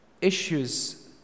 issues